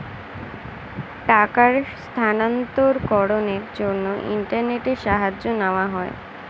টাকার স্থানান্তরকরণের জন্য ইন্টারনেটের সাহায্য নেওয়া হয়